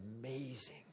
amazing